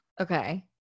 Okay